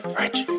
rich